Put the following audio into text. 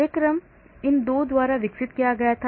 कार्यक्रम इन 2 द्वारा विकसित किया गया था